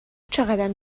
چقدم